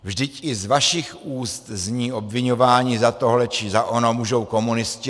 Vždyť i z vašich úst zní obviňování: za tohle či za ono můžou komunisté.